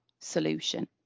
solution